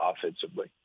offensively